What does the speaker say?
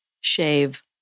Shave